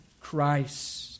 Christ